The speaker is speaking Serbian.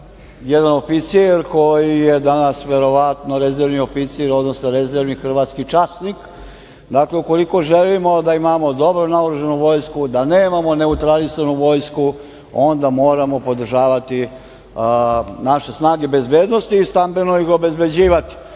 jedan oficir koji je danas verovatno rezervni oficir, odnosno rezervni hrvatski časnik. Dakle, ukoliko želimo da imamo dobro naoružanu vojsku, da nemamo neutralisanu vojsku, onda moramo podržavati naše snage bezbednosti i stambeno ih obezbeđivati.